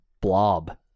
blob